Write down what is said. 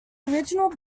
original